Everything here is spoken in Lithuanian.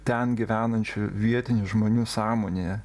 ten gyvenančių vietinių žmonių sąmonėje